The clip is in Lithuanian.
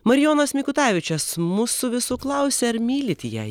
marijonas mikutavičius mūsų visų klausia ar mylit ją